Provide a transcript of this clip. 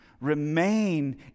remain